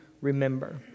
remember